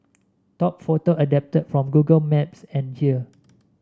top photo adapted from Google Maps and here